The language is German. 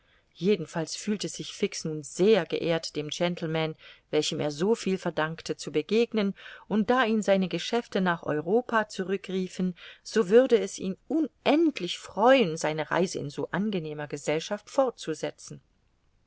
jedenfalls fühlte sich fix nun sehr geehrt dem gentleman welchem er soviel verdankte zu begegnen und da ihn seine geschäfte nach europa zurückriefen so würde es ihn unendlich freuen seine reise in so angenehmer gesellschaft fortzusetzen